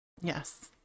yes